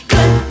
Good